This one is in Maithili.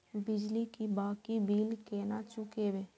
बिजली की बाकी बील केना चूकेबे?